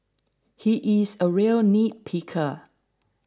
he is a real nitpicker